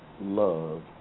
love